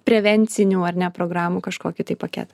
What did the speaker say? prevencinių ar ne programų kažkokį tai paketą